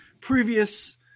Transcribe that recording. previous